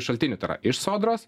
šaltinių tai yra iš sodros